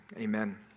Amen